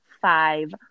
five